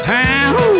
town